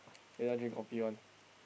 he never drink coffee one